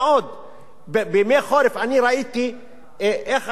בימי חורף אני ראיתי איך אנשים הולכים ברגל,